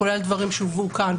כולל על דברים שהובאו כאן,